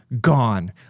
gone